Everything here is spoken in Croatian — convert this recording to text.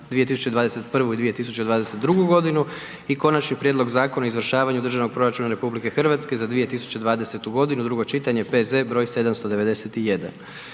Infrastrukturu. i - Konačni prijedlog Zakona o izvršavanju Državnog proračuna Republike Hrvatske za 2020. godinu, drugo čitanje, P.Z. br. 791.